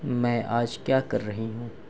میں آج کیا کر رہی ہوں